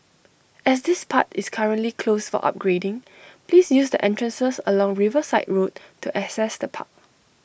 as this part is currently closed for upgrading please use the entrances along Riverside road to access the park